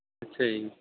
ਅੱਛਾ ਜੀ